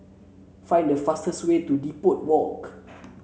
find the fastest way to Depot Walk